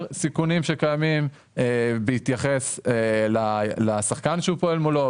סיכונים שקיימים בהתייחס לשחקן שהוא פועל מולו,